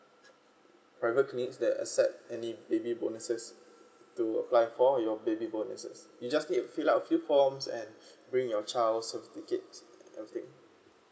private clinic that accept any baby bonuses to apply for your baby bonuses you just need to fill up a few forms and bring your child's certificate everything